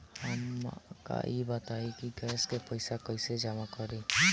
हमका ई बताई कि गैस के पइसा कईसे जमा करी?